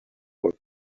what